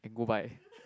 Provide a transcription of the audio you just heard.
and go buy